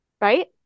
Right